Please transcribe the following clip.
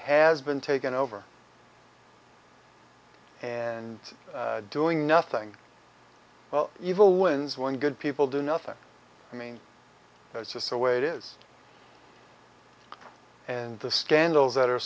has been taken over and doing nothing well evil wins when good people do nothing i mean it's just a way it is and the scandals that are